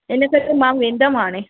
इन करे मां वेंदमि हाणे